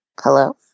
Hello